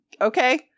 okay